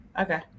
okay